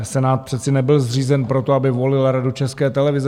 Senát přece nebyl zřízen proto, aby volil Radu České televize.